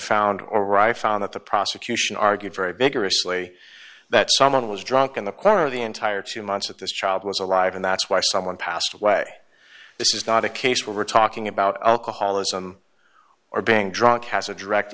confound or right found that the prosecution argued very vigorously that someone was drunk in the car of the entire two months that this child was alive and that's why someone passed away this is not a case where we're talking about alcoholism or being drunk has a direct